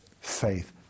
faith